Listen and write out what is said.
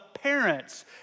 Parents